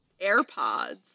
AirPods